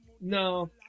No